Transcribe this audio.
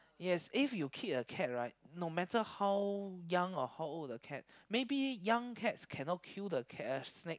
yes if you keep a cat right no matter how young or how old the cat maybe young cats can not kill the cat uh snake